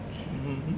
mmhmm